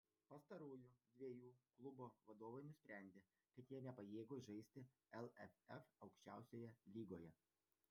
pastarųjų dviejų klubo vadovai nusprendė kad jie nepajėgūs žaisti lff aukščiausioje lygoje